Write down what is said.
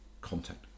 content